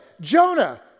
Jonah